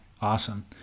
awesome